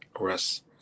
arrest